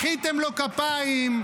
מחאתם לו כפיים,